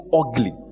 ugly